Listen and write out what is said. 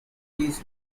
these